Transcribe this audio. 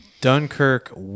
Dunkirk